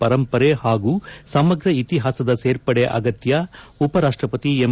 ಪರಂಪರೆ ಹಾಗೂ ಸಮಗ್ರ ಇತಿಹಾಸದ ಸೇರ್ಪಡೆ ಅಗತ್ಯ ಉಪ ರಾಷ್ಟಪತಿ ಎಂ